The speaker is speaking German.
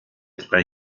drei